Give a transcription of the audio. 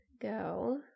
go